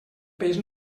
peix